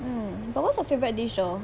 um but what's your favorite dish oh